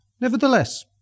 Nevertheless